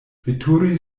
veturi